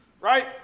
Right